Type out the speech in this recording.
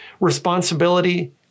Responsibility